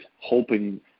hoping –